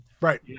right